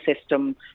system